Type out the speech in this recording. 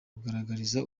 kugaragariza